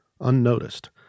unnoticed